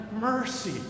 mercy